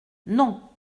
non